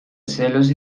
celos